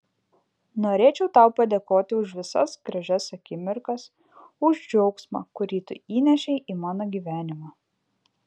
norėčiau tau padėkoti už visas gražias akimirkas už džiaugsmą kurį tu įnešei į mano gyvenimą